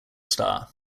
star